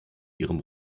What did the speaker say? ihrem